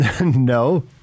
No